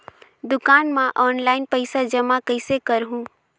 दुकान म ऑनलाइन पइसा जमा कइसे करहु?